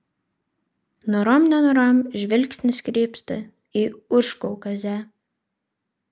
norom nenorom žvilgsnis krypsta į užkaukazę